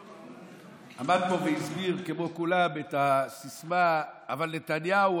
הוא עמד פה והסביר כמו כולם את הסיסמה: אבל נתניהו,